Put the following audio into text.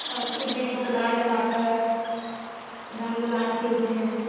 और यह मे को गुलाल लगाकर रंग गुलाल खेलते हैं